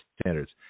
standards